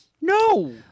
No